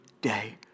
day